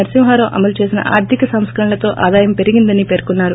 నరసింహారావు అమలు చేసిన ఆర్గిక సంస్కరణలతో ఆదాయం పెరిగిందని పేర్కొన్నారు